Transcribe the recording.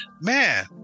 man